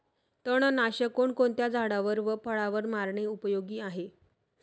तणनाशक कोणकोणत्या झाडावर व फळावर मारणे उपयोगी आहे?